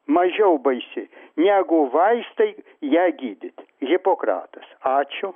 mažiau baisi negu vaistai ją gydyti hipokratas ačiū